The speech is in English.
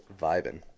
vibing